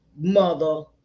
mother